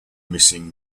missing